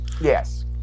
Yes